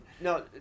No